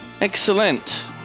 Excellent